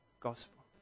gospel